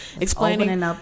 explaining